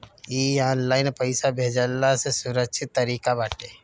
इ ऑनलाइन पईसा भेजला से सुरक्षित तरीका बाटे